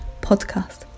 podcast